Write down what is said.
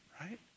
right